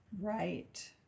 Right